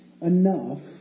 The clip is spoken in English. enough